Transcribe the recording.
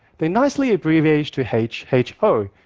they nicely abbreviate to h h o,